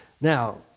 Now